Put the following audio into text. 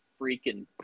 freaking